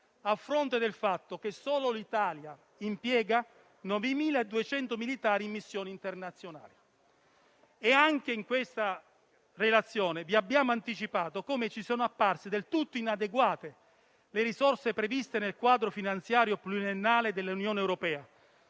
a fronte del fatto che solo l'Italia impiega 9.200 militari in missioni internazionali. Anche in questa relazione vi abbiamo anticipato come ci sono apparse del tutto inadeguate le risorse previste nel quadro finanziario pluriennale dell'Unione europea;